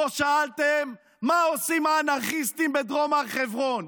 לא שאלתם מה עושים האנרכיסטים בדרום הר חברון,